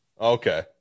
okay